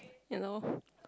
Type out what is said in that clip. you know